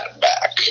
back